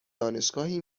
دانشگاهی